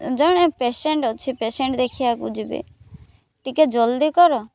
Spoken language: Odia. ଜଣେ ପେସେଣ୍ଟ ଅଛି ପେସେଣ୍ଟ ଦେଖିବାକୁ ଯିବି ଟିକେ ଜଲ୍ଦି କର